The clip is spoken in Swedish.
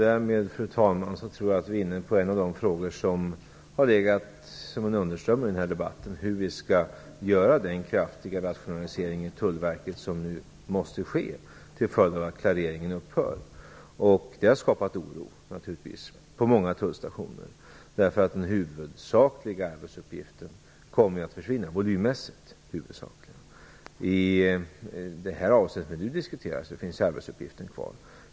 Fru talman! Därmed tror jag att vi är inne på en av de frågor som har legat som en underström i den här debatten, nämligen hur vi skall genomföra den kraftiga rationalisering inom Tullverket som nu måste ske till följd av att klareringen upphör. Detta har naturligtvis skapat oro på många tullstationer, eftersom den volymmässigt huvudsakliga arbetsuppgiften kommer att försvinna. I det avseende som nu är aktuellt finns arbetsuppgiften kvar.